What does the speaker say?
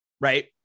right